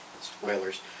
spoilers